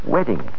Wedding